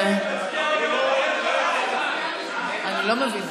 19. למעלה זה לא עבד.